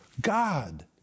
God